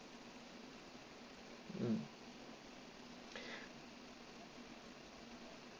mm